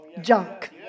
junk